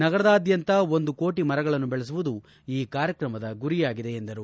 ನಗರದಾದ್ದಂತ ಒಂದು ಕೋಟ ಮರಗಳನ್ನು ಬೆಳೆಸುವುದು ಈ ಕಾರ್ಯಕ್ರಮದ ಗುರಿಯಾಗಿದೆ ಎಂದರು